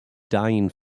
dying